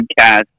podcast